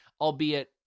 albeit